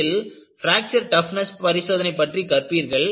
அதில் fracture toughness பரிசோதனை பற்றி கற்பீர்கள்